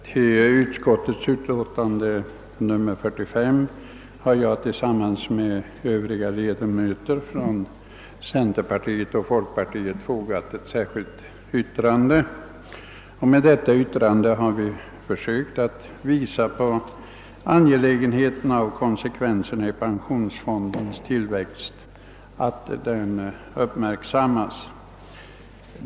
Herr talman! Vid andra lagutskottets utlåtande nr 45 har jag tillsammans med övriga ledamöter från centerpartiet samt ledamöterna från folkpartiet fogat ett särskilt yttrande, där vi framhåller angelägenheten av att konsekvenserna av ATP-fondens tillväxt uppmärksammas.